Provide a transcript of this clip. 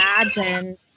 imagine